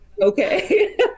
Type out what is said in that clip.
okay